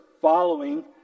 following